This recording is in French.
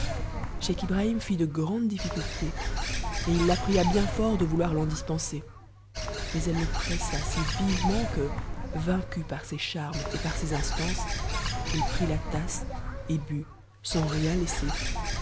scheich ibrahim fit de grandes difscuités et il la pria bien fort de vouloir l'en dispenser mais elle le pressa si vivement que vaincu par ses charmes et par ses instances il prit la tasse et b sans rien laisser